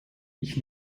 ich